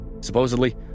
Supposedly